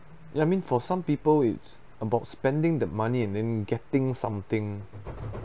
ya mean for some people it's about spending the money and then getting something